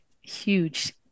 huge